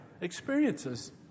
experiences